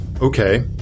Okay